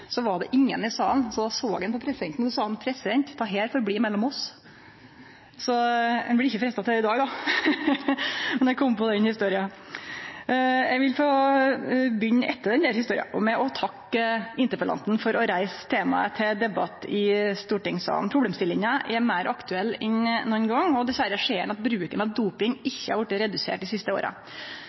ingen i salen. Då såg han på presidenten og sa: President, dette får bli mellom oss. Ein blir ikkje freista til å gjere det i dag då, men eg kom på den historia. Eg vil begynne – etter den historia – med å takke interpellanten for å reise temaet til debatt i stortingssalen. Problemstillinga er meir aktuell enn nokon gong, og dessverre ser ein at bruken av doping ikkje har vorte redusert dei siste åra.